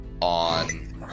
on